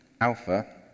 Alpha